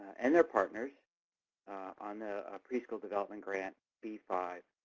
and their partners on the preschool development grant b five